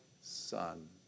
son